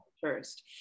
first